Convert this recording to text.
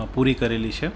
પૂરી કરેલી છે